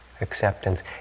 acceptance